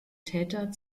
täter